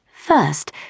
First